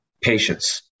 Patience